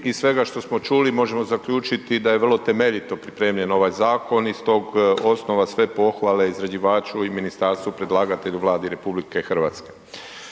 Iz svega što smo čuli, možemo zaključiti da je vrlo temeljito pripremljen ovaj zakon i iz tog osnova sve pohvale izrađivači i ministarstvu, predlagatelju, Vladi RH.